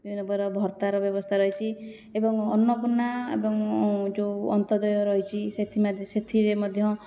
ବିଭିନ୍ନପ୍ରକାର ଭତ୍ତାର ବ୍ୟବସ୍ଥା ରହିଛି ଏବଂ ଅନ୍ନପୂର୍ଣ୍ଣା ଏବଂ ଯେଉଁ ଅନ୍ତର୍ଦେୟ ରହିଛି ସେଥିରେ ମଧ୍ୟ